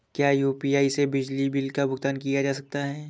क्या यू.पी.आई से बिजली बिल का भुगतान किया जा सकता है?